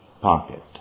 pocket